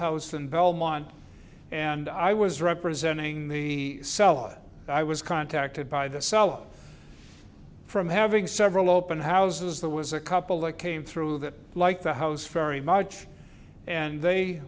house in belmont and i was representing the seller i was contacted by the self from having several open houses there was a couple that came through that like the house very much and they